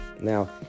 Now